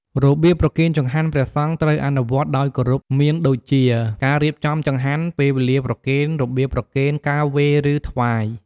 របៀបប្រគេនចង្ហាន់ព្រះសង្ឃ ត្រូវអនុវត្តដោយគោរព មានដូចជា ការរៀបចំចង្ហាន់ ពេលវេលាប្រគេន របៀបប្រគេន ការវេរ ឬ ថ្វាយ។